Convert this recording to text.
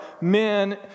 Men